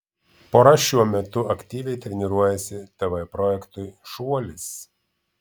pora šiuo metu aktyviai treniruojasi tv projektui šuolis